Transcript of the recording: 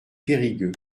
périgueux